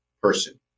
person